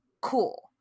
cool